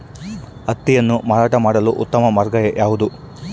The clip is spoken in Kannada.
ಹತ್ತಿಯನ್ನು ಮಾರಾಟ ಮಾಡಲು ಉತ್ತಮ ಮಾರ್ಗ ಯಾವುದು?